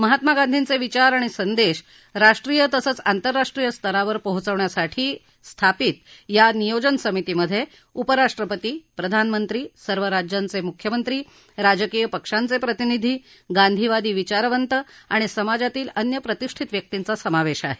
महात्मा गांधींचे विचार आणि संदेश राष्ट्रीय तसंच आंतरराष्ट्रीय स्तरावर पोहोचवण्यासाठी स्थापित या नियोजन समितीत उप राष्ट्रपती प्रधानमंत्री सर्व राज्यांचे मुख्यमंत्री राजकीय पक्षांचे प्रतिनिधी गांधीवादी विचारवंत आणि समाजातील अन्य प्रतिष्ठित व्यक्तींचा समावेश आहे